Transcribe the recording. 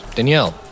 Danielle